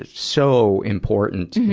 ah so important,